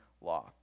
law